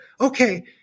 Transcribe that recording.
okay